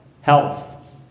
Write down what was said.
Health